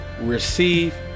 receive